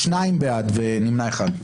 שניים בעד, ארבעה נגד, נמנע אחד.